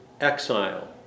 exile